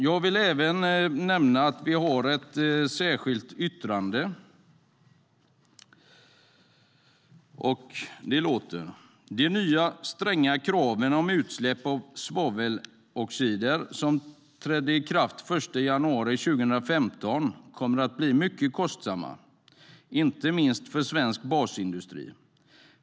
Jag vill även nämna att vi har ett särskilt yttrande till betänkandet med följande innehåll:"De nya stränga kraven om utsläpp av svaveloxider som trädde i kraft den 1 januari 2015 kommer att bli mycket kostsamma, inte minst för svensk basindustri.